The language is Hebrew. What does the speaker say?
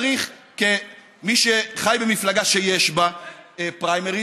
כמי שחי במפלגה שיש בה פריימריז,